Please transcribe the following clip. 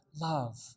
love